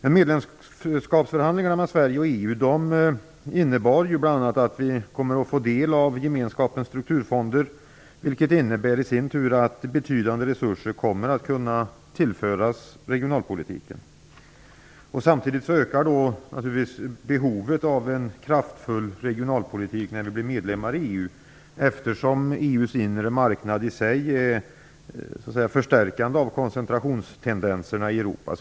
EU resulterade bl.a. i att vi kommer att få del av gemenskapens strukturfonder. Detta innebär i sin tur att betydande resurser kommer att kunna tillföras regionalpolitiken. Samtidigt ökar behovet av en kraftfull regionalpolitik när vi blir medlemmar i EU, eftersom EU:s inre marknad i sig förstärker koncentrationstendenserna i Europa.